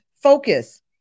focus